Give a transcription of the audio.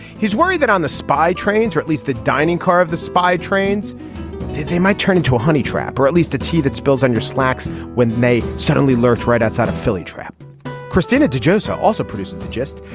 he's worried that on the spy trains or at least the dining car of the spy trains he might turn into a honey trap or at least a t that spills on your slacks when they suddenly lurch right outside of philly trap christina de jose so also produces the gist.